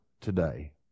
today